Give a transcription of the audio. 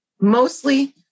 mostly